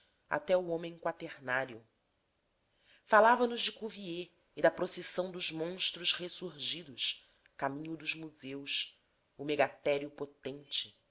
até ao homem quaternário falava nos de cuvier e da procissão dos monstros ressurgidos caminho dos museus o megatério potente